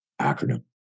acronym